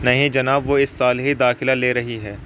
نہیں جناب وہ اس سال ہی داخلہ لے رہی ہے